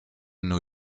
new